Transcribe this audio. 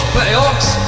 Playoffs